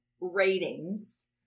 ratings